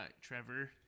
trevor